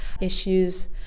issues